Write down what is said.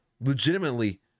legitimately